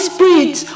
Spirit